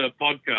podcast